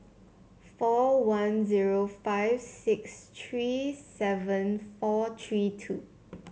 four one zero five six three seven four three two